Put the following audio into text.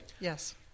Yes